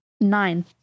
Nine